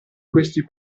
questi